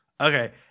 Okay